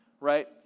right